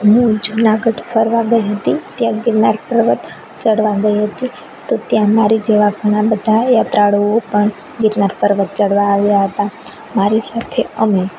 હું જુનાગઢ ફરવા ગઈ હતી ત્યાં ગિરનાર પર્વત ચડવા ગઈ હતી તો ત્યાં મારી જેવા ઘણા બધા યાત્રાળુઓ પણ ગિરનાર પર્વત ચડવા આવ્યા હતા મારી સાથે અમે